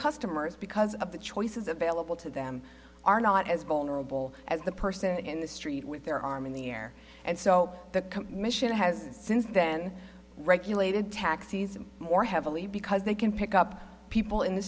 customers because of the choices available to them are not as vulnerable as the person in the street with their arm in the air and so the mission has since then regulated taxis more heavily because they can pick up people in the